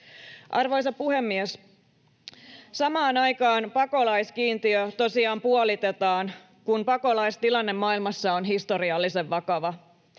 Arvoisa puhemies! Samaan aikaan pakolaiskiintiö tosiaan puolitetaan, kun pakolaistilanne maailmassa on historiallisen vakava.